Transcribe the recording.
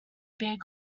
big